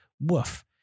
Woof